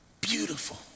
beautiful